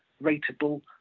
rateable